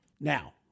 Now